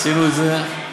עשינו את זה,